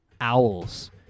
owls